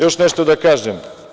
Još nešto da kažem.